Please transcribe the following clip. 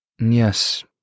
Yes